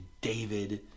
David